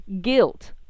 Guilt